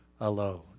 alone